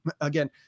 Again